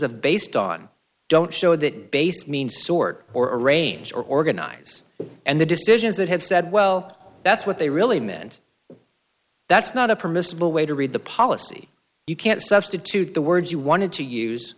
of based on don't show that base means sort or a range or organize and the decisions that have said well that's what they really meant that's not a permissible way to read the policy you can't substitute the words you wanted to use